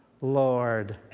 Lord